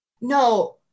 no